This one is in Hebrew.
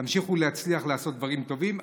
תמשיכו להצליח לעשות דברים טובים.